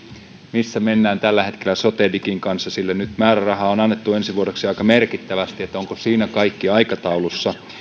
missä mennään tällä hetkellä sotedigin kanssa sillä nyt määrärahaa on annettu ensi vuodeksi aika merkittävästi onko siinä kaikki aikataulussa